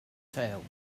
tail